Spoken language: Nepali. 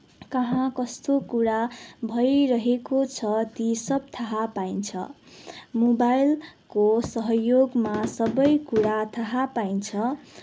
कहाँ कस्तो कुरा भइरहेको छ ती सब थाहा पाइन्छ मोबाइलको सहयोगमा सबै कुरा थाहा पाइन्छ